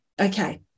Okay